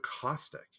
caustic